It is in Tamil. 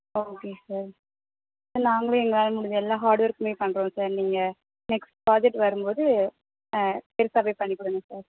ஓகே சார் நாங்களும் எங்களால் முடிஞ்ச எல்லா ஹார்டு ஒர்க்கும் பண்ணுறோம் சார் நீங்கள் நெக்ஸ்ட் ப்ராஜெக்ட் வரும் போது பெருசாவே பண்ணிக்கொடுங்க சார்